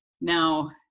now